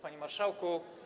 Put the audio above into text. Panie Marszałku!